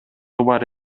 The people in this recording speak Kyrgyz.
бар